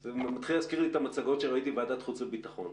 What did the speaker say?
זה מתחיל להזכיר לי את המצגות שראיתי בוועדת החוץ והביטחון.